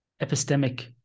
epistemic